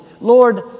Lord